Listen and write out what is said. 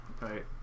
Right